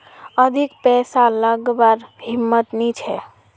अधिक पैसा लागवार हिम्मत नी छे